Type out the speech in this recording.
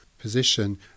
position